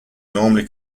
normally